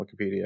Wikipedia